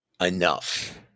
enough